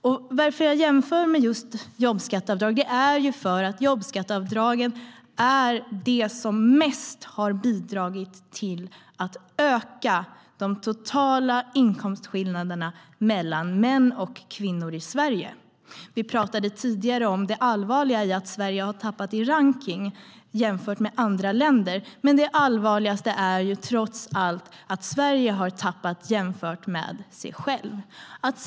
Vi talade tidigare om det allvarliga i att Sverige har tappat i rankning jämfört med andra länder. Men det allvarligaste är trots allt att Sverige har tappat jämfört med sig självt.